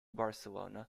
barcelona